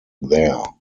there